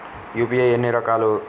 UPI ఎన్ని రకాలు?